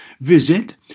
Visit